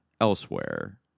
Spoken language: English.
elsewhere